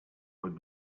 would